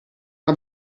una